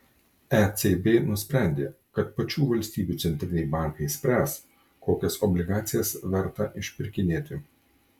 ecb nusprendė kad pačių valstybių centriniai bankai spręs kokias obligacijas verta išpirkinėti